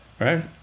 right